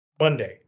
Monday